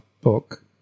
book